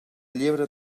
llebre